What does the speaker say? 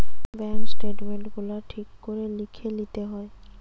bank statement গুলা ঠিক করে লিখে লিতে হয়